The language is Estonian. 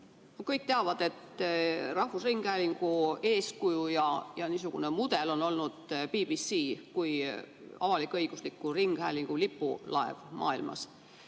Kõik teavad, et rahvusringhäälingu eeskuju ja niisugune mudel on olnud BBC kui avalik-õigusliku ringhäälingu lipulaev maailmas.